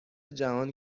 جهان